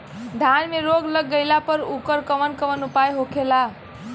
धान में रोग लग गईला पर उकर कवन कवन उपाय होखेला?